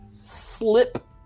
slip